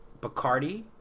Bacardi